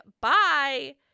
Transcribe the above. bye